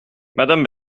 madame